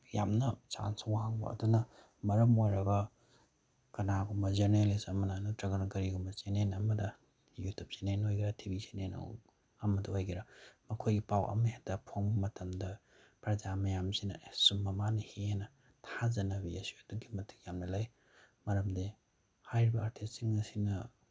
ꯌꯥꯝꯅ ꯆꯥꯟꯁ ꯋꯥꯡꯕ ꯑꯗꯨꯅ ꯃꯔꯝ ꯑꯣꯏꯔꯒ ꯀꯅꯥꯒꯨꯝꯕ ꯖꯔꯅꯦꯂꯤꯁ ꯑꯃꯅ ꯅꯠꯇ꯭ꯔꯒꯅ ꯀꯔꯤꯒꯨꯝꯕ ꯆꯦꯅꯦꯟ ꯑꯃꯗ ꯌꯨꯇꯨꯕ ꯆꯦꯅꯦꯟ ꯑꯣꯏꯒꯦꯔ ꯇꯤ ꯚꯤ ꯆꯦꯅꯦꯟ ꯑꯃꯗ ꯑꯣꯏꯒꯦꯔ ꯃꯈꯣꯏꯒꯤ ꯄꯥꯎ ꯑꯃꯍꯦꯛꯇ ꯐꯣꯡꯕ ꯃꯇꯝꯗ ꯄ꯭ꯔꯖꯥ ꯃꯌꯥꯝꯁꯤꯅ ꯑꯦ ꯆꯨꯝꯃ ꯃꯥꯜꯂꯦꯍꯦꯍꯥꯏꯅ ꯊꯥꯖꯅꯕꯤ ꯑꯁꯤꯁꯨ ꯑꯗꯨꯛꯀꯤ ꯃꯇꯤꯛ ꯌꯥꯝꯅ ꯂꯩ ꯃꯔꯝꯗꯤ ꯍꯥꯏꯔꯤꯕ ꯑꯥꯔꯇꯤꯁꯁꯤꯡ ꯑꯁꯤꯅ